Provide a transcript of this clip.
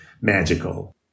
magical